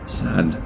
sad